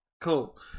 Cool